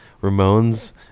Ramone's